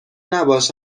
نباش